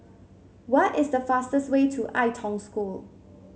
what is the fastest way to Ai Tong School